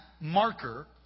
marker